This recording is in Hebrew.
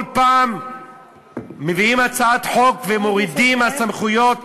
כל פעם מביאים הצעת חוק ומורידים מהסמכויות,